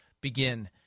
begin